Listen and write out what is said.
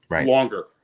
longer